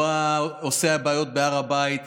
לא לעושי הבעיות בהר הבית.